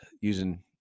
using